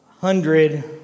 hundred